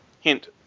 hint